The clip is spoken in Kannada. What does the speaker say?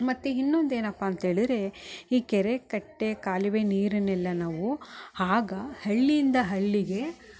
ಮತ್ತು ಇನ್ನೊಂದು ಏನಪ್ಪ ಅಂತ್ಹೇಳಿದ್ರೆ ಈ ಕೆರೆ ಕಟ್ಟೆ ಕಾಲುವೆ ನೀರನ್ನೆಲ್ಲ ನಾವು ಹಾಗ ಹಳ್ಳಿಯಿಂದ ಹಳ್ಳಿಗೆ ನಾವು